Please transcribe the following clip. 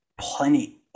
plenty